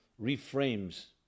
reframes